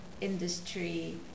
Industry